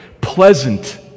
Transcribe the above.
Pleasant